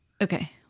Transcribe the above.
Okay